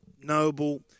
Noble